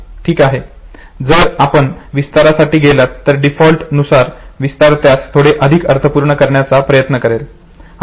ठीक आहे जर आपण विस्तारासाठी गेलात तर डीफॉल्ट नुसार विस्तार त्यास थोडे अधिक अर्थपूर्ण करण्याचा प्रयत्न करेल